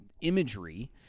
imagery